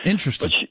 Interesting